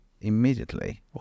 immediately